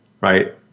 right